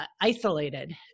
isolated